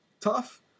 tough